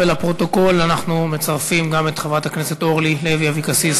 ולפרוטוקול אנחנו מצרפים גם את חברת הכנסת אורלי לוי אבקסיס,